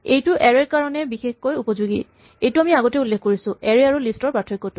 এইটো এৰে ৰ কাৰণে বিশেষকৈ উপযোগী এইটো আমি আগতে উল্লেখ কৰিছো এৰে আৰু আৰু লিষ্ট ৰ পাৰ্থক্যটো